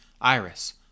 Iris